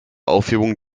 aufhebung